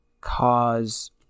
cause